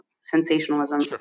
Sensationalism